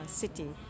city